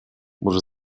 może